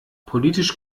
politisch